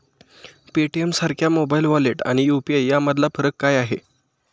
पेटीएमसारख्या mobile wallet आणि UPI यामधला फरक काय आहे?